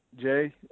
Jay